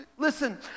Listen